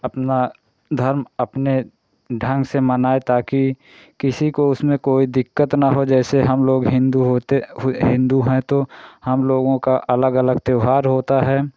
अपना धर्म अपने ढंग से मनाए ताकि किसी को उसमें कोई दिक़्क़त ना हो जैसे हम लोग हिन्दू होते हू हिन्दू हैं तो हम लोगों का अलग अलग त्यौहार होता है